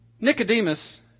Nicodemus